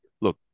look